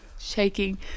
shaking